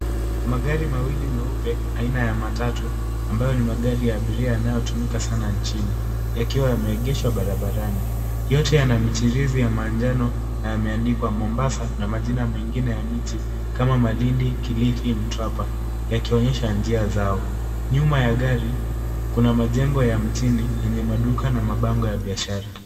Magari mawili meupe ambayo ni matatu ambayo ni magari ya abiria yanayotumika sana njini yakiwa yameegeshwa barabarani. Yote yana michirizi ya manjano yameandikwa Mombasa na majina mengine ya mji kama Malindi, Kilifi, Mtwapa, yakionyesha njia zao. Nyuma ya gari kuna majengo ya mjini yenye maduka na mabango ya biashara.